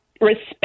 respect